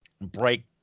break